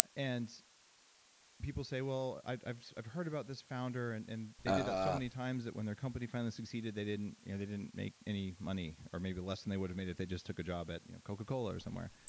and people say, well i've i've heard about this founder and and they did that so many times that when they're company finally succeeded they didn't you know they didn't make any money, or maybe less than they would have made if they just took a job at coca-cola or somewhere.